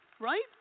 right